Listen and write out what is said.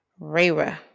Rayra